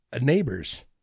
Neighbors